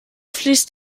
fließt